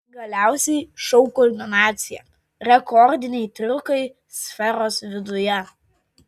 galiausiai šou kulminacija rekordiniai triukai sferos viduje